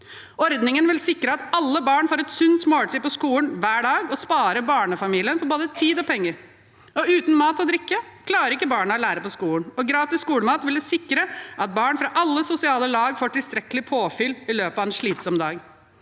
Ordningen vil sikre at alle barn får et sunt måltid på skolen hver dag, og den vil spare barnefamiliene for både tid og penger. Uten mat og drikke klarer ikke barna å lære på skolen. Gratis skolemat vil sikre at barn fra alle sosiale lag får tilstrekkelig påfyll i løpet av en slitsom dag.